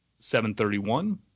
731